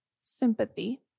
Sympathy